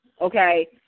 okay